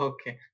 Okay